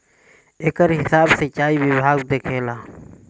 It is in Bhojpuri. एकर हिसाब सिंचाई विभाग देखेला